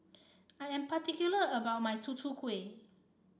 I am particular about my Tutu Kueh